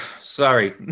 sorry